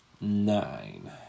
nine